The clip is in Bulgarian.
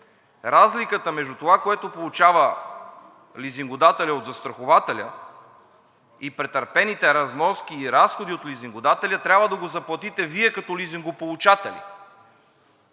разликата между това, което получава лизингодателят от застрахователя, и претърпените разноски и разходи от лизингодателя трябва да го заплатите Вие като лизингополучатели?